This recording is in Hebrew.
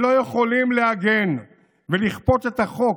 והם לא יכולים להגן ולכפות את החוק.